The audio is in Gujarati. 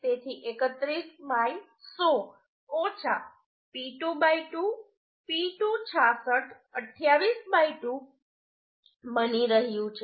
તેથી 31 100 ઓછા P2 2 P2 66 28 2 બની રહ્યું છે